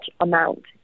amount